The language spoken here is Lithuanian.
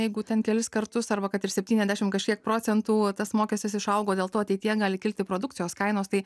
jeigu ten kelis kartus arba kad ir septyniasdešim kažkiek procentų tas mokestis išaugo dėl to ateityje gali kilti produkcijos kainos tai